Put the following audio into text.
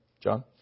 John